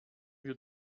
wir